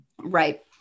Right